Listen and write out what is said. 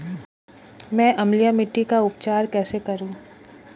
मैं अम्लीय मिट्टी का उपचार कैसे करूं?